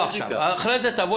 אחרי זה תבוא,